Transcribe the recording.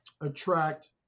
attract